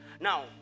now